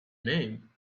name